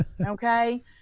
Okay